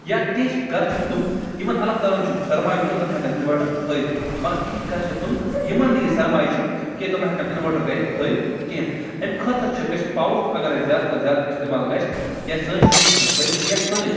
یا تِتھ گَرٕ چِھ تِم یِمن اللہ تعالیٰ ہن چھُ سَرماے دیُتمُت تِم ہیکان اِنوٲٹر تھٲیتھ مگر کینہہ گَرٕ چِھ تِم یِمن نہٕ یہِ سَرماے چُھ کینہہ تِم ہیکن اِنوٲٹر گَرِ تھٲیتھ کینہہ اَمہ خٲطرِچھُ اَسہِ پاورُک اگر اَسہِ زیادٕ کھۄتہٕ زیادٕ استعمال گَژھہ یا سٲنۍ شُر ہیکَن پٔرتھ یا سٲنۍ